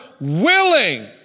willing